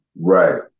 Right